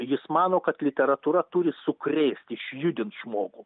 jis mano kad literatūra turi sukrėst išjudint žmogų